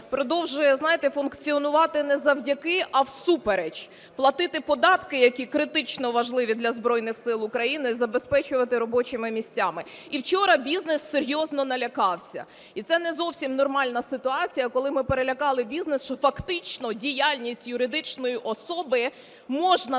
продовжує, знаєте, функціонувати не завдяки, а всупереч, платити податки, які критично важливі для Збройних Сил України, і забезпечувати робочими місцями. І вчора бізнес серйозно налякався. І це не зовсім нормальна ситуація, коли ми перелякали бізнес, що фактично діяльність юридичної особи можна